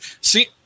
See